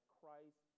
Christ